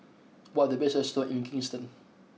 what are the best restaurants in Kingston